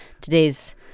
today's